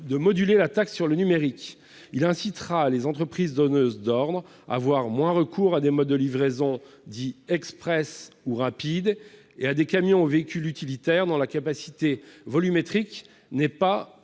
de moduler la taxe sur le numérique. Ce dispositif incitera les entreprises donneuses d'ordre à avoir moins recours à des modes de livraison dits « express » ou « rapides » et à des camions ou à des véhicules utilitaires dont la capacité volumétrique n'est pas